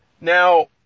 Now